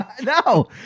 No